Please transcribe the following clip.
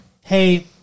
hey